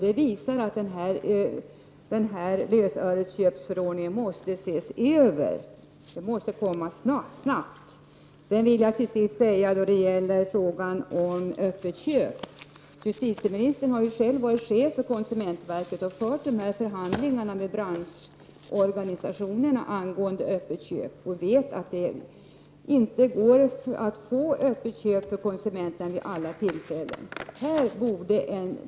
Det visar att lösöresköpsförordningen måste ses över, och det måste göras snabbt. Till sist vill jag säga några ord när det gäller frågan om öppet köp. Justitieministern har ju själv varit chef för konsumentverket och fört förhandlingar med branschorganisationerna angående öppet köp. Hon vet därför att det inte vid alla tillfällen är möjligt för konsumenten att få till stånd ett öppet köp.